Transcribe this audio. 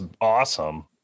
awesome